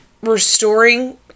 restoring